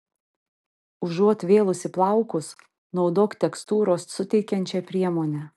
užuot vėlusi plaukus naudok tekstūros suteikiančią priemonę